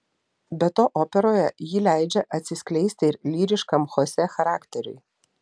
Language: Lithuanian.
be to operoje ji leidžia atsiskleisti ir lyriškam chosė charakteriui